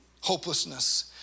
hopelessness